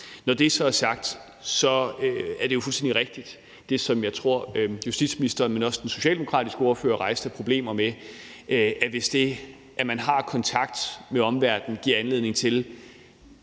Når det så er sagt, er det jo fuldstændig rigtigt, som jeg også tror justitsministeren, men også den socialdemokratiske ordfører rejste som problemer, at hvis det, at man har kontakt med omverdenen, giver anledning til